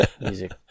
music